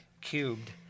cubed